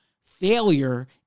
failure